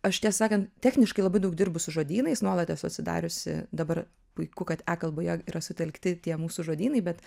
aš tiesą sakant techniškai labai daug dirbu su žodynais nuolat esu atsidariusi dabar puiku kad e kalboje yra sutelkti tie mūsų žodynai bet